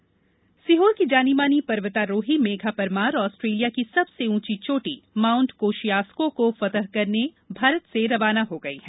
पर्वतारोही सीहोर की जानी मानी पर्वतारोही मेघा परमार आस्ट्रेलिया की सबसे ऊँची चोटी माउंट कोशियासको को फ़तह करने भारत से रवाना हो गई हैं